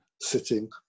sitting